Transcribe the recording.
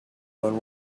when